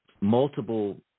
multiple